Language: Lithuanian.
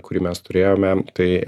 kurį mes turėjome tai